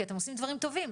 כי אתם עושים דברים טובים.